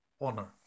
honor